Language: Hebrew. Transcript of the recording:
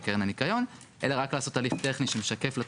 אני חושב שיש פה שאלה מקצועית לגבי מה בתכל'ס